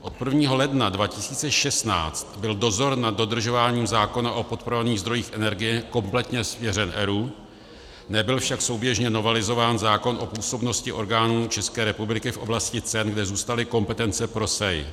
Od 1. ledna 2016 byl dozor nad dodržováním zákona o podporovaných zdrojích energie kompletně svěřen ERÚ, nebyl však souběžně novelizován zákon o působnosti orgánů České republiky v oblasti cen, kde zůstaly kompetence pro SEI.